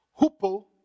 Hupo